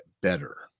better